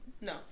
No